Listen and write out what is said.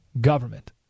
government